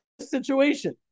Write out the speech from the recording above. situation